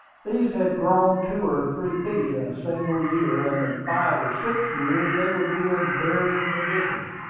these had grown two or three feet in a single year, and in five or six years they would be in bearing condition.